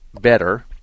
better